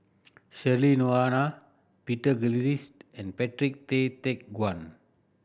Cheryl Noronha Peter Gilchrist and Patrick Tay Teck Guan